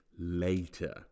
later